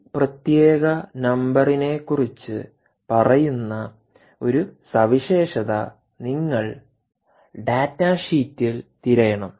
ഈ പ്രത്യേക നമ്പറിനെക്കുറിച്ച് പറയുന്ന ഒരു സവിശേഷത നിങ്ങൾ ഡാറ്റ ഷീറ്റിൽ തിരയണം